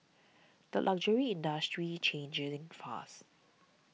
the luxury industry's changing ding fast